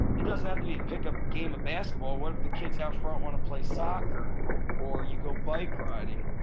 it doesn't have to be a pickup game of basketball. what if the kids our front want to play soccer or you go bike-riding?